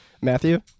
Matthew